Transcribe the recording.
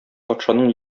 патшаның